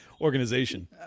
organization